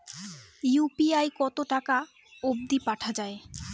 UPI কতো টাকা অব্দি পাঠা যায়?